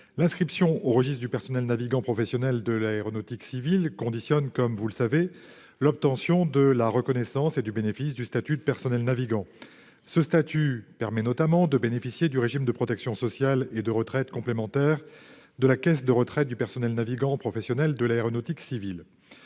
L'inscription aux registres du personnel navigant professionnel de l'aéronautique civile conditionne l'obtention de la reconnaissance et du bénéfice du statut de personnel navigant. Ce statut permet notamment de bénéficier du régime de protection sociale et de retraite complémentaire de la caisse de retraite du personnel navigant professionnel de l'aéronautique civile.